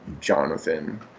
Jonathan